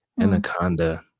anaconda